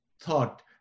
thought